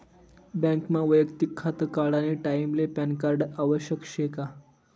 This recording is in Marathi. बँकमा वैयक्तिक खातं काढानी टाईमले पॅनकार्ड आवश्यक शे का?